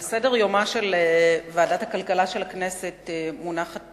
על סדר-יומה של ועדת הכלכלה של הכנסת מונחת